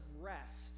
rest